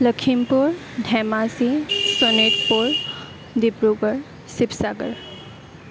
Lakhimpur Dhemaji Sonitpur Dibrugarh Sivasagar